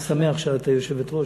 אני שמח שאת היושבת-ראש,